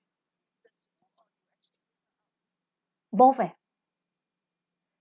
both eh